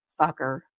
fucker